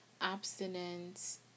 abstinence